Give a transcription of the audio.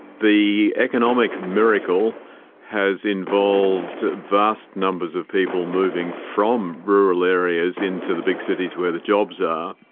the economic miracle has involved a vast numbers of people moving from rural areas into the big cities where the jobs are.